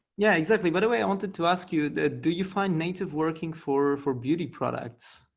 yeah, exactly. by the way, i wanted to ask you that do you find native working for for beauty products?